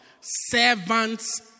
servants